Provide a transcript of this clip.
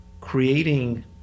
creating